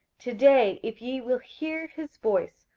to day if ye will hear his voice,